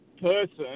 person